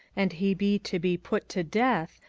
and he be to be put to death,